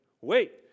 wait